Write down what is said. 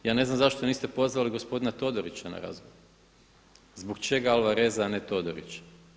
Ja ne znam zašto niste pozvali gospodina Todorića na razgovor, zbog čega Alvareza a ne Todorića?